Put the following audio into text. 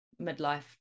midlife